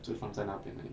就放在那边而已